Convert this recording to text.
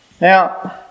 Now